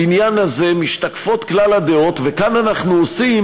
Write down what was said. בבניין הזה משתקפות כלל הדעות וכאן אנחנו עושים